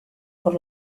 por